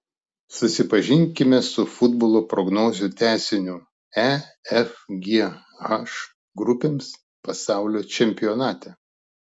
susipažinkime su futbolo prognozių tęsiniu e f g h grupėms pasaulio čempionate